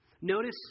Notice